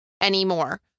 anymore